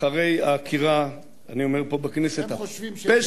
אחרי העקירה, אני אומר פה בכנסת: זה פשע.